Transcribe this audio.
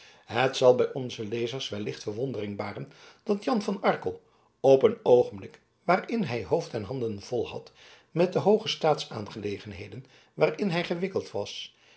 het zal bij onze lezers wellicht verwondering baren dat jan van arkel op een oogenblik waarin hij hoofd en handen vol had met de hooge staatsaangelegenheden waarin hij gewikkeld was